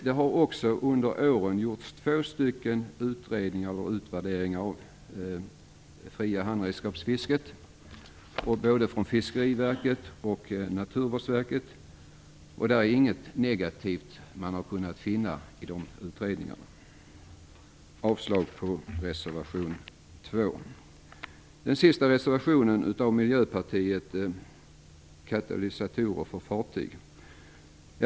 Det har under åren gjorts två utredningar och utvärderingar av det fria handredskapsfisket, av Fiskeriverket och av Naturvårdsverket. Dessa utredningar har inte kunnat finna något negativt. Jag yrkar alltså avslag på reservation 2. Den sista reservationen, av Miljöpartiet, handlar om katalysatorer för fartyg.